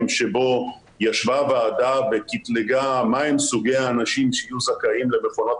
שבו ישבה ועדה וקטלגה מהם סוגי האנשים שיהיו זכאים למכונות